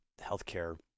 healthcare